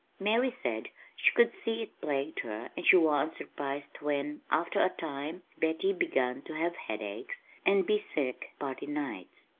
mary said she could see it plagued her and she wa'n't surprised when, after a time, betty begun to have headaches and be sick party nights,